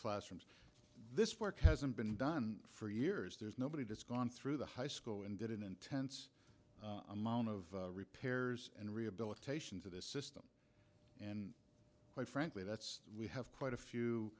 classrooms this work hasn't been done for years there's nobody that's gone through the high school and did an intense amount of repairs and rehabilitation to this and quite frankly that's we have quite a few